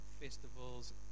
festivals